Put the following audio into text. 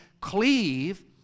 cleave